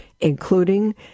including